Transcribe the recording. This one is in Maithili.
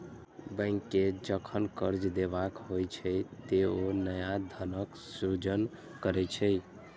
बैंक कें जखन कर्ज देबाक होइ छै, ते ओ नया धनक सृजन करै छै